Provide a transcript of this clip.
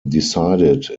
decided